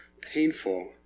painful